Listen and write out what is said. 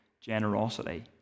generosity